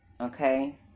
okay